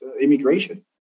immigration